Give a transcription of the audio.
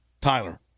Tyler